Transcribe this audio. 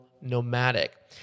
nomadic